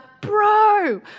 Bro